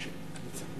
אדוני היושב-ראש,